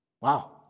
Wow